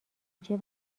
کوچه